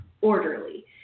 orderly